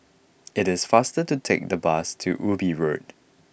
it is faster to take the bus to Ubi Road